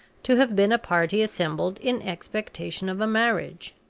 to have been a party assembled in expectation of a marriage.